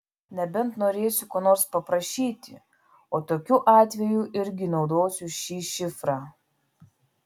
nebent norėsiu ko nors paprašyti o tokiu atveju irgi naudosiu šį šifrą